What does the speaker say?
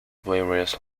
various